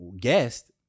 Guest